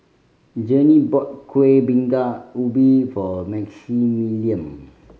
Journey bought Kueh Bingka Ubi for Maximilian